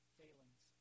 failings